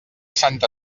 santa